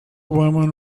women